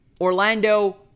Orlando